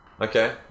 Okay